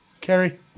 Carrie